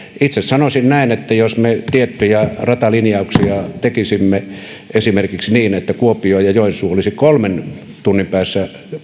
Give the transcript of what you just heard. itse sanoisin näin että jos me tiettyjä ratalinjauksia tekisimme esimerkiksi niin että kuopio ja joensuu olisivat kolmen tunnin päässä